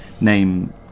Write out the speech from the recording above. name